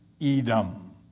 Edom